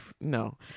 No